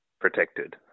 protected